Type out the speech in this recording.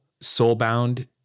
soul-bound